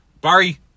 Barry